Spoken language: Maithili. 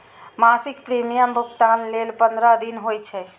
मासिक प्रीमियम भुगतान लेल पंद्रह दिन होइ छै